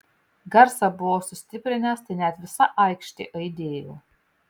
garsą buvau sustiprinęs tai net visa aikštė aidėjo